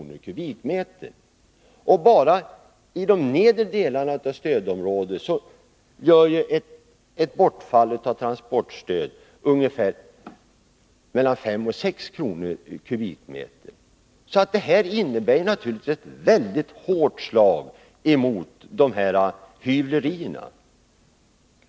per kubikmeter. Barai de nedre delarna av stödområdet innebär de nya reglerna ett bortfall av transportstöd i omfattningen 5-6 kr. kubikmetern. Detta innebär naturligtvis ett väldigt hårt slag emot dessa hyvlerier.